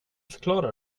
förklara